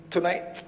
Tonight